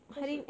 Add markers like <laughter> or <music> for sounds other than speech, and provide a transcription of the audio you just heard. <noise>